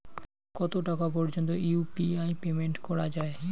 কত টাকা পর্যন্ত ইউ.পি.আই পেমেন্ট করা যায়?